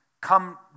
come